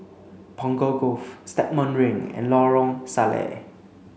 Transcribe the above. Punggol Cove Stagmont Ring and Lorong Salleh